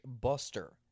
Buster